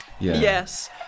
yes